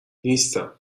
نیستم